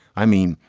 i mean,